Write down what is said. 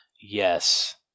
Yes